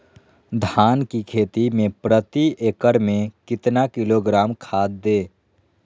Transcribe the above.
धान की खेती में प्रति एकड़ में कितना किलोग्राम खाद दे?